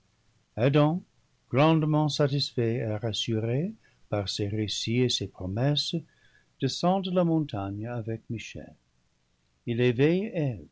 adam grandement satisfait et rassuré par ces récits et ces promesses descend de la montagne avec michel il éveille